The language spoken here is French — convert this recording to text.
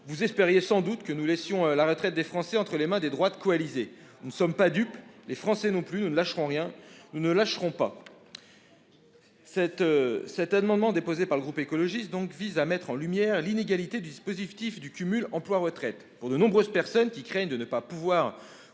Vous espériez sans doute que nous laisserions la retraite des Français entre les mains des droites coalisées. Nous ne sommes pas dupes, les Français non plus. Nous ne lâcherons rien, nous ne lâcherons pas ! Le présent amendement vise à mettre au jour l'inégalité du dispositif de cumul emploi-retraite. Pour de nombreuses personnes qui craignent de ne pas pouvoir